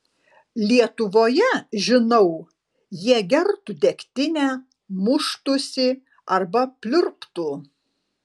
lietuvoje žinau jie gertų degtinę muštųsi arba pliurptų